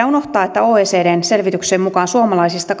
unohtaa että oecdn selvityksen mukaan suomalaisista